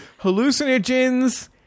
Hallucinogens